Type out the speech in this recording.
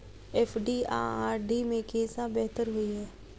FD आ RD मे केँ सा बेहतर होइ है?